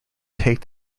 take